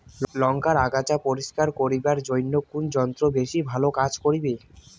লংকার আগাছা পরিস্কার করিবার জইন্যে কুন যন্ত্র বেশি ভালো কাজ করিবে?